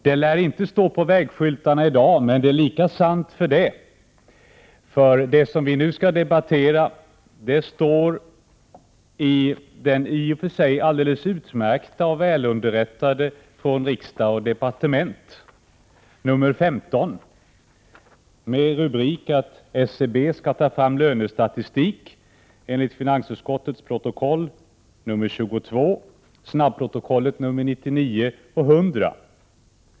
Det lär det inte stå på vägskyltarna i dag, men det är lika sant för det, för det som vi nu skall debattera står i den i och för sig alldeles utmärkta och välunderrättade Från Riksdag & Departement, nr 15, under rubriken ”SCB ska ta fram lönestatistik”, enligt finansutskottets betänkande 22, snabbprotokoll 99 och 100.